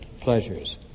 pleasures